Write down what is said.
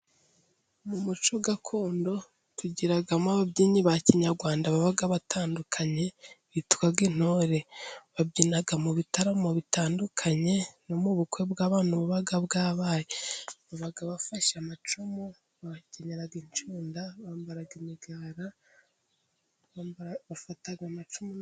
Mu muco gakondo tugiramo ababyinnyi ba kinyarwanda, baba batandukanye bitwa intore, babyina mu bitaramo bitandukanye no mu bukwe bw'abantu buba bwabaye, baba bafashe amacumu, bakenera inshunda, bambara imigara, bafata amacumu...